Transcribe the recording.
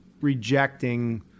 rejecting